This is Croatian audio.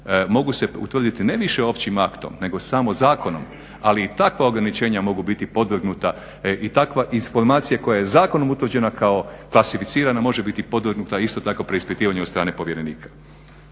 mogu se utvrditi ne više općim aktom nego samo zakonom, ali i takva ograničenja mogu biti podvrgnuta i takva informacija koja je zakonom utvrđena kako klasificirana može biti podvrgnuta isto tako preispitivanju od strane povjerenika.